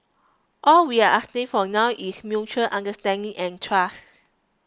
all we're asking for now is mutual understanding and trust